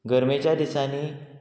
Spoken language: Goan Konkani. गरमेच्या दिसांनी